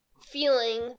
feeling